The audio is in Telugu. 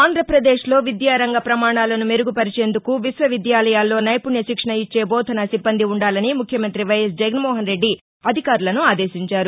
ఆంధ్రప్రదేశ్లో విద్యా రంగ ప్రమాణాలను మెరుగుపరిచేందుకు విశ్వవిద్యాలయాల్లో నైపుణ్య శిక్షణ ఇచ్చే బోధనా సిబ్బంది ఉండాలని ముఖ్యమంత్రి వైఎస్ జగన్మోహన్ రెడ్డి అధికారులను ఆదేశించారు